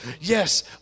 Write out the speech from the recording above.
Yes